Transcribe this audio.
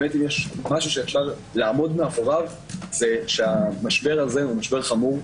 אם יש משהו שאפשר לעמוד מאחוריו זה שהמשבר הזה הוא משבר חמור.